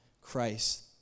Christ